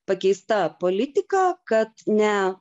pakeista politika kad ne